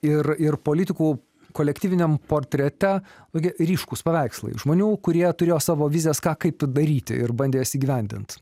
ir ir politikų kolektyviniam portrete tokie ryškūs paveikslai žmonių kurie turėjo savo vizijas ką kaip daryti ir bandė jas įgyvendint